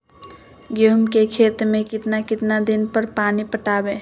गेंहू के खेत मे कितना कितना दिन पर पानी पटाये?